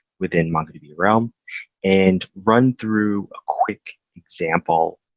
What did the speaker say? within mongodb realm and run through a quick example.